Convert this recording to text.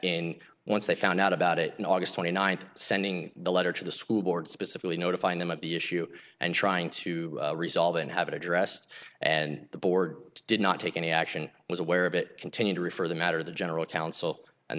in once they found out about it in august twenty ninth sending the letter to the school board specifically notifying them of the issue and trying to resolve and have addressed and the board did not take any action i was aware of it continued to refer the matter the general counsel and